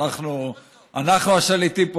אנחנו השליטים פה,